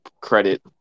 credit